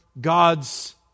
God's